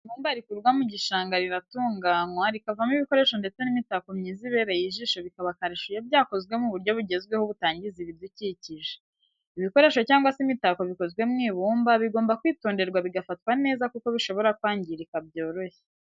Ibumba rikurwa mu gishanga riratunganywa rikavamo ibikoresho ndetse n'imitako myiza ibereye ijisho bikaba akarusho iyo byakozwe mu buryo bugezweho butangiza ibidukikije. ibikoresho cyangwa se imitako bikozwe mu ibumba bigomba kwitonderwa bigafatwa neza kuko bishobora kwangirika byoroshye.